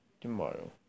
tomorrow